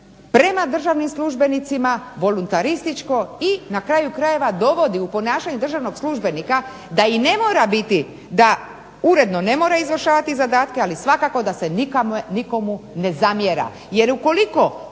prema državnim službenicima, voluntarističko i na kraju krajeva dovodi u ponašanje državnog službenika da i ne mora biti, da uredno ne mora izvršavati zadatke, ali svakako da se nikomu ne zamjera.